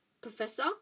Professor